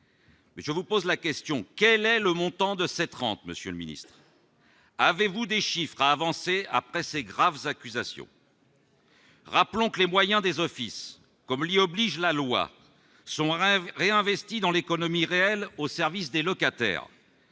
Je vous pose la question : quel est le montant de cette trempe, Monsieur le Ministre, avez-vous des chiffres avancés après ces graves accusations. Rappelons que les moyens des offices Comolli oblige la loi, son rêve réinvestis dans l'économie réelle au service des locataires